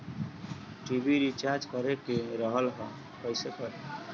TV recharge करे के रहल ह कइसे करी?